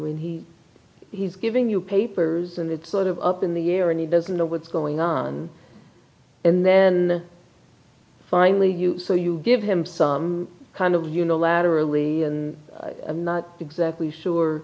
when he he's giving you papers and it's sort of up in the year and he doesn't know what's going on and then finally you so you give him some kind of unilaterally i'm not exactly